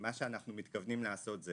מה שאנחנו מתכוונים לעשות זה